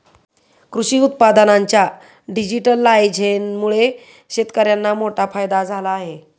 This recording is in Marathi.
कृषी उत्पादनांच्या डिजिटलायझेशनमुळे शेतकर्यांना मोठा फायदा झाला आहे